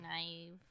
naive